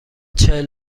چهل